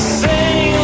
sing